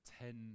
ten